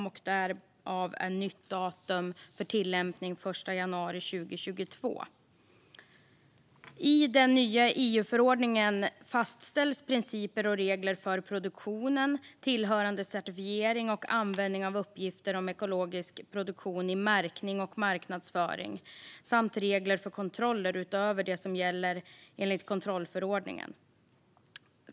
Därför är det nya datumet för tillämpning den 1 januari 2022. I den nya EU-förordningen fastställs principer och regler för produktionen, tillhörande certifiering och användning av uppgifter om ekologisk produktion i märkning och marknadsföring samt regler för kontroller utöver det som gäller enligt kontrollförordningen.